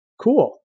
Cool